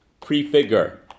prefigure